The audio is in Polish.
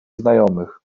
znajomych